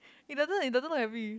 he doesn't he doesn't look happy